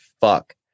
fuck